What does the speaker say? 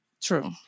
True